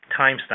timestamp